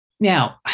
Now